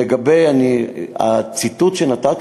לגבי הציטוט שנתת,